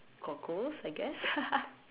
got ghost I guess